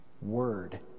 Word